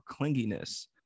clinginess